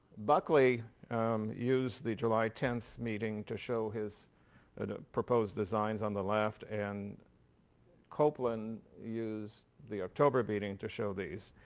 buckley um used the july tenth meeting to show his ah proposed designs on the left and copeland used the october meeting to show these.